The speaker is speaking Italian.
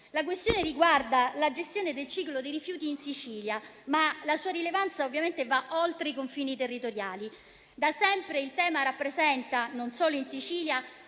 La questione riguarda la gestione del ciclo dei rifiuti in Sicilia, ma la sua rilevanza va ovviamente oltre i confini territoriali. Da sempre il tema rappresenta non solo in Sicilia